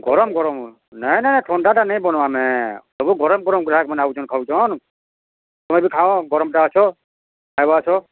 ଗରମ୍ ଗରମ୍ ନାଇ ନାଇ ଥଣ୍ଡାଟା ନାଇ ବନଉଁ ଆମେ ସବୁ ଗରମ୍ ଗରମ୍ ଗ୍ରାହକ୍ ମାନେ ଆଉଛନ୍ ଖାଉଛନ୍ ତମେ ବି ଖାଅ ଗରମ୍ଟା ଆସ ଖାଏବ ଆସ